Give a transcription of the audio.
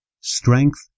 Strength